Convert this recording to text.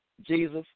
Jesus